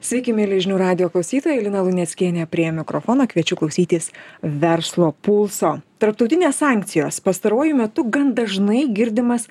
sveiki mieli žinių radijo klausytoja lina luneckienė prie mikrofono kviečiu klausytis verslo pulso tarptautinės sankcijos pastaruoju metu gan dažnai girdimas